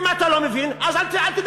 אם אתה לא מבין, אז אל תדבר.